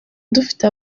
dufite